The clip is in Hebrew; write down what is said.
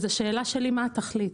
השאלה שלי היא מה התכלית?